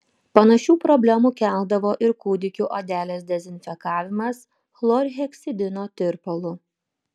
panašių problemų keldavo ir kūdikių odelės dezinfekavimas chlorheksidino tirpalu